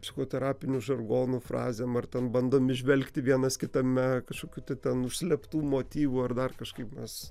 psichoterapiniu žargonu frazėm ar ten bandom įžvelgti vienas kitame kažkokių tai ten užslėptų motyvų ar dar kažkaip mes